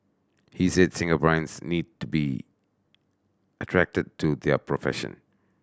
he says Singaporeans need to be attracted to their profession